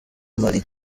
mali